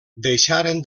deixaren